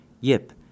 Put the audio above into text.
Yip